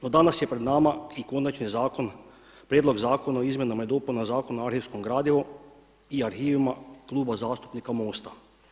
No danas je pred nama i Konačni prijedlog Zakona o izmjenama i dopunama Zakona o arhivskom gradivu i arhivima Kluba zastupnika MOST-a.